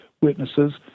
witnesses